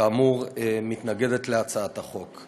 כאמור, מתנגדת להצעת החוק.